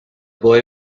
boy